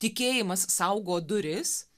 tikėjimas saugo duris